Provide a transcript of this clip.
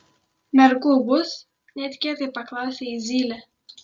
mergų bus netikėtai paklausė jį zylė